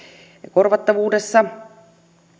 korvattavuudessa